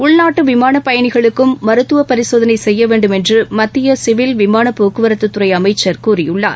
உள்நாட்டு விமானப் பயணிகளுக்கும் மருத்துவ பரிசோதனை செய்ய வேண்டும் என்று மத்திய சிவில் விமானப் போக்குவரத்துத் துறை அமைச்ச் கூறியுள்ளார்